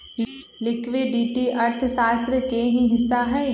liquidity अर्थशास्त्र के ही हिस्सा हई